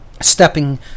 Stepping